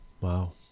wow